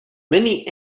many